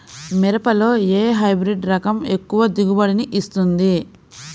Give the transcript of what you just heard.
మిరపలో ఏ హైబ్రిడ్ రకం ఎక్కువ దిగుబడిని ఇస్తుంది?